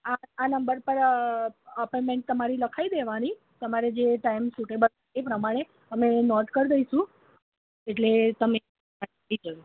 આ આ નંબર પર આપોઈંટમેંટ તમારી લખાવી દેવાની તમારે જે ટાઈમ સ્યુટેબલ હોય એ પ્રમાણે અમે અહી નોટ કરી દઈશું એટલે તમે આવી જજો